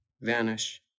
vanish